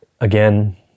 again